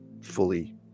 fully